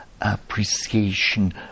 appreciation